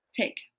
take